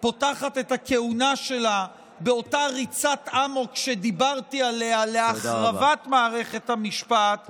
פותחת את הכהונה שלה באותה ריצת אמוק שדיברתי עליה להחרבת מערכת המשפט,